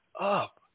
up